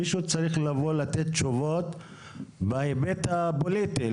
מישהו צריך לבוא ולתת תשובות בהיבט הפוליטי,